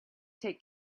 take